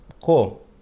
cool